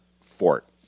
fort